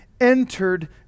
entered